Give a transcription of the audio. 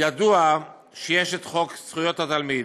ידוע שיש חוק זכויות התלמיד,